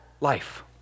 life